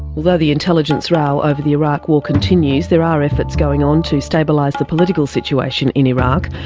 the the intelligence row over the iraq war continues, there are efforts going on to stabilise the political situation in iraq,